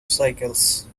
cycles